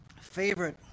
favorite